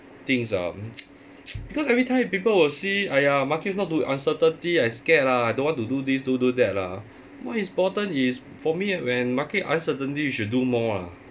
things are because every time people will see !aiya! markets not do uncertainty I scared lah I don't want to do this don't do that lah what is important is for me at when market uncertainty you should do more lah